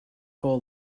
full